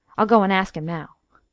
i'll go and ask him now.